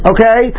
Okay